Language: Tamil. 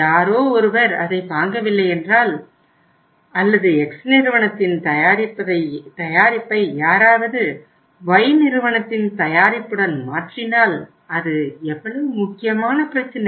யாரோ ஒருவர் அதை வாங்கவில்லை என்றால் அல்லது X நிறுவனத்தின் தயாரிப்பை யாராவது Y நிறுவனத்தின் தயாரிப்புடன் மாற்றினால் அது எவ்வளவு முக்கியமான பிரச்சினை